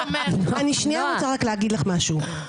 אני שנייה רוצה רק להגיד לך משהו.